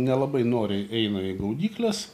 nelabai noriai eina į gaudykles